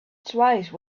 twice